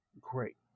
great